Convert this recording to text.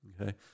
okay